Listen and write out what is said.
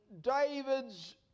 David's